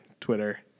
Twitter